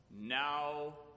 now